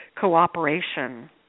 cooperation